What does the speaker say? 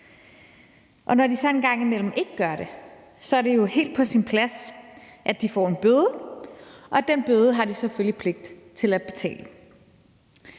Når de så engang imellem ikke gør det, er det jo helt på sin plads, at de får en bøde, og den bøde har de selvfølgelig pligt til at betale.